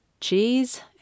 cheese